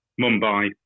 Mumbai